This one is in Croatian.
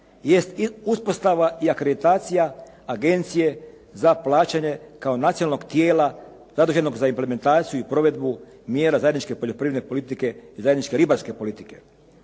je uspostava i akreditacija agencije za plaćanje kao nacionalnog tijela zaduženog za implementaciju i provedbu mjera zajedničke poljoprivredne politike i zajedničke ribarske politike.